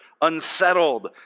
unsettled